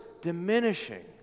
diminishing